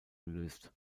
gelöst